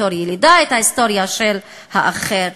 בתור ילידה, את ההיסטוריה של האחר,